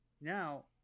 now